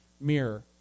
mirror